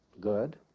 good